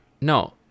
No